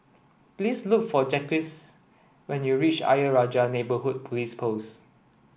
please look for Jacquez when you reach Ayer Rajah Neighbourhood Police Post